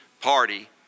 party